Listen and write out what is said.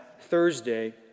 Thursday